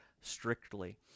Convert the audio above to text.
Strictly